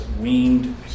weaned